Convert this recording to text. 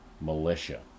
militia